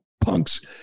punks